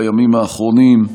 בימים האחרונים.